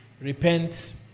Repent